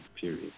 period